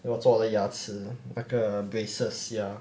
要做那个牙齿那个 braces ya